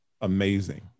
amazing